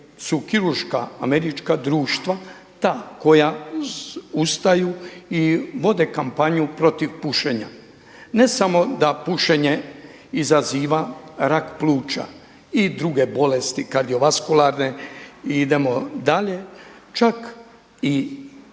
su kirurška američka društva ta koja ustaju i vode kampanju protiv pušenja. Ne samo da pušenje izaziva rak pluća i druge bolesti kardiovaskularne i idemo dalje, čak je otežano